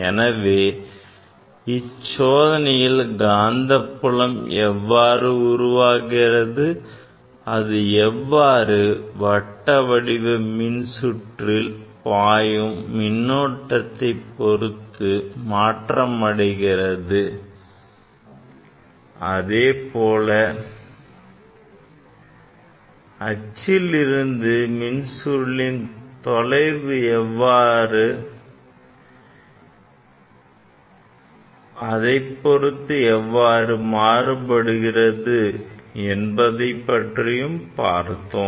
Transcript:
எனவே இச்சோதனையில் காந்தப்புலம் எவ்வாறு உருவாகிறது அது எவ்வாறு வட்ட வடிவ மின்சுற்றில் பாயும் மின்னோட்டத்தை பொருத்து மாற்றமடைகிறது அதேபோல் அச்சில் இருந்து மின் சுருளின் தொலைவை பொருத்து எவ்வாறு மாறுபடுகிறது என்பதைப் பற்றியும் பார்த்தோம்